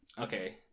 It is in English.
Okay